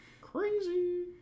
Crazy